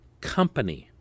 company